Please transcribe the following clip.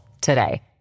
today